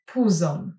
Puzon